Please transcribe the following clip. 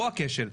פה הכשל,